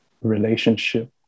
relationship